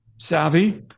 savvy